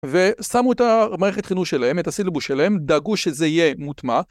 ושמו את המערכת חינוך שלהם, את הסילבוס שלהם, דאגו שזה יהיה מוטמע